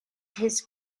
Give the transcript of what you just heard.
his